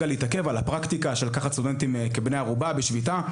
הפרקטיקה של לקחת סטודנטים כבני ערובה בשביתה.